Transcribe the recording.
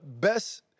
best